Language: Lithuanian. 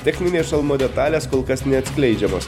techninės šalmo detalės kol kas neatskleidžiamos